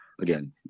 again